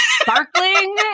sparkling